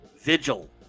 Vigil